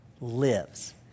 lives